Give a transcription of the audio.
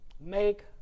Make